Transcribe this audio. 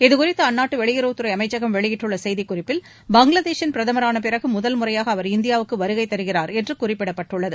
இது குறித்து அந்நாட்டு வெளியுறவுத்துறை அமைச்சகம் வெளியிட்டுள்ள செய்திக்குறிப்பில் பங்களாதேஷின் பிரதமரான பிறகு முதல்முறையாக அவர் இந்தியாவுக்கு வருகை தருகிறார் என்று குறிப்பிடப்பட்டுள்ளது